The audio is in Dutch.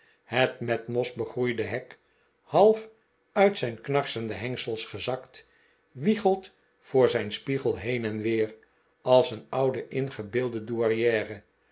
het met mos begroeide hek half uit zijn knarsende hengsels gezakt wiegelt voor zijn spiegel heen en weer als een oude ingebeelde